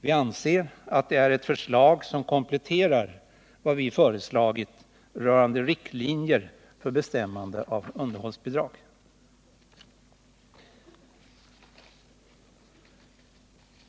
Vi anser att det är ett förslag som kompletterar vad vi föreslagit rörande riktlinjer för bestämmande av underhållsbidrag.